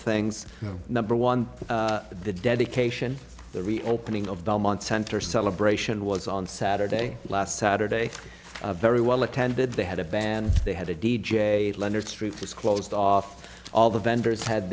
things number one the dedication the reopening of belmont center celebration was on saturday last saturday a very well attended they had a band they had a d j leonard street was closed off all the vendors had